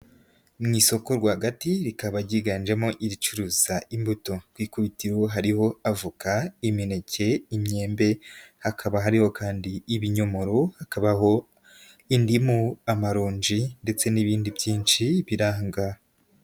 Mu isoko rwagati rikaba ryiganjemo iricuruza imbuto, ku'ikubitiro hariho avoka, imineke imyembe, hakaba hariho kandi ibinyomoro hakabaho indimu, amaronji ndetse n'ibindi byinshi birahangaha.